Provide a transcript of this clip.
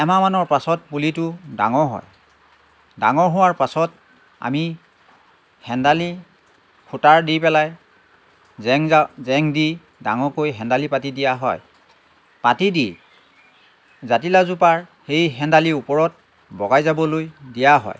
এমাহমানৰ পাছত পুলিটো ডাঙৰ হয় ডাঙৰ হোৱাৰ পাছত আমি হেন্দালি খুটাৰ দি পেলাই জেং জা জেং দি ডাঙৰকৈ হেন্দালি পাতি দিয়া হয় পাতি দি জাতিলাওজোপাৰ সেই হেন্দালিৰ ওপৰত বগাই যাবলৈ দিয়া হয়